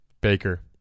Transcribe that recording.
Baker